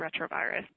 retrovirus